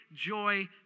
joy